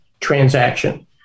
transaction